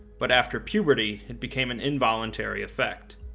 but after puberty, it became an involuntary effect.